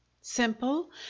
Simple